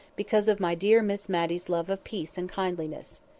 because of my dear miss matty's love of peace and kindliness.